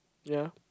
ya